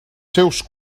seus